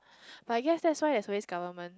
but yes yes right there's always government